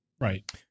Right